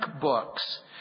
books